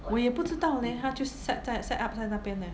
我也不知道 leh 他就 set 在 set up 在那边 eh